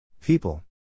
People